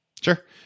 Sure